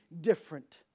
different